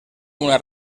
una